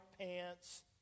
pants